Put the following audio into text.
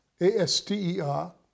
a-s-t-e-r